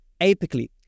apically